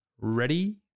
ready